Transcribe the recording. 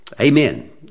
Amen